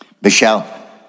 Michelle